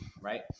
right